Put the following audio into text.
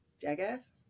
jackass